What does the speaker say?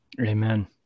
Amen